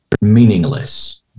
meaningless